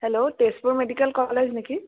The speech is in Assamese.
হেল্ল' তেজপুৰ মেডিকেল কলেজ নেকি